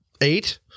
Eight